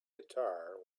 guitar